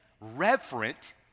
reverent